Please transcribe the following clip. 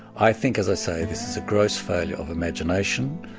i think, as i say, this is a gross failure of imagination,